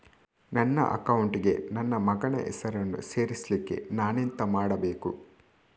ನನ್ನ ಅಕೌಂಟ್ ಗೆ ನನ್ನ ಮಗನ ಹೆಸರನ್ನು ಸೇರಿಸ್ಲಿಕ್ಕೆ ನಾನೆಂತ ಮಾಡಬೇಕು?